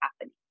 happening